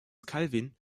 calvin